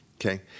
okay